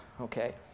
Okay